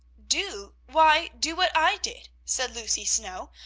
do? why, do what i did, said lucy snow.